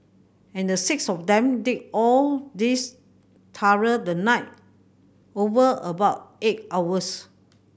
and the six of them did all this through the night over about eight hours